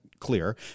clear